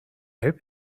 hope